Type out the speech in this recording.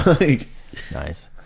Nice